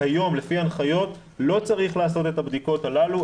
כיום עם ההנחיות לא צריך לעשות את הבדיקות הללו,